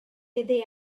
iddi